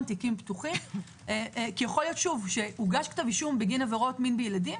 תיקים פתוחים כי יכול להיות שהוגש כתב אישום בגין עבירות מין בילדים